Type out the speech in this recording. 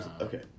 Okay